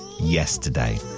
yesterday